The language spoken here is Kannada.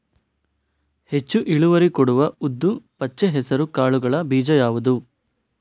ಹೆಚ್ಚು ಇಳುವರಿ ಕೊಡುವ ಉದ್ದು, ಪಚ್ಚೆ ಹೆಸರು ಕಾಳುಗಳ ಬೀಜ ಯಾವುದು?